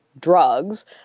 drugs